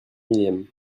millième